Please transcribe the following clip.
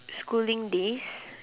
schooling days